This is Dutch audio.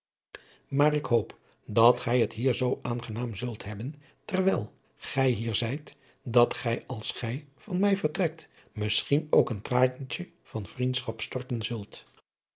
maar ik hoop dat gij het hier zoo aangenaam zult hebben terwijl gij hier zijt dat gij als gij van mij vertrekt misschien ook een traantje van vriendschap storten zult